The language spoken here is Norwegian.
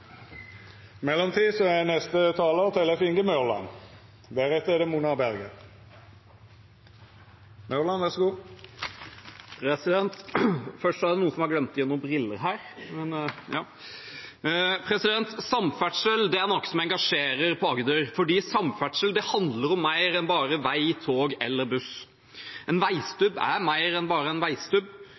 der. Så igjen: Vil statsråd Dale være med og være smart? Ingenting er vedtatt ennå. Den oppfordringen går for øvrig til stortingsflertallet i sin alminnelighet – og jeg lever i håpet. I mellomtida er neste talar Tellef Inge Mørland – deretter er det Mona Berger. Samferdsel er noe som engasjerer i Agder, for samferdsel handler om mer enn bare vei, tog eller buss. En veistubb er mer enn bare en veistubb: